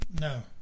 No